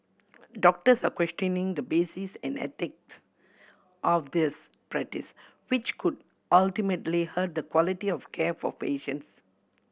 doctors are questioning the basis and ethics of this practice which could ultimately hurt the quality of care for patients